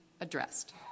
addressed